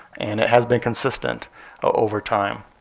and it has been consistent over time.